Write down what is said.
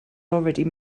already